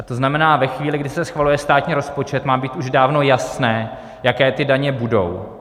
To znamená, ve chvíli, kdy se schvaluje státní rozpočet, má být už dávno jasné, jaké ty daně budou.